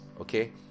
okay